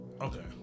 Okay